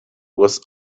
was